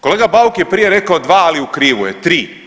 Kolega Bauk je prije rekao dva, ali u krivu je, tri.